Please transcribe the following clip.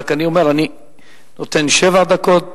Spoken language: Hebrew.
אני רק אומר שאני נותן שבע דקות,